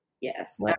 Yes